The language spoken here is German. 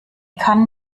kann